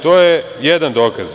To je jedan dokaz.